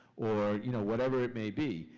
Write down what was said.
or you know whatever it may be.